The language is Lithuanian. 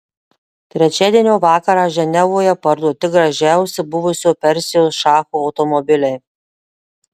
trečiadienio vakarą ženevoje parduoti gražiausi buvusio persijos šacho automobiliai